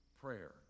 prayer